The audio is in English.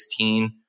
2016